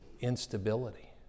instability